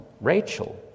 Rachel